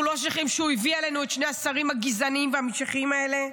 אנחנו לא שוכחים שהוא הביא עלינו את שני השרים הגזענים והמשיחיים האלה.